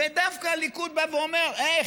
ודווקא הליכוד בא ואומר: היי,